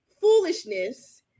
foolishness